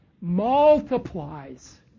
multiplies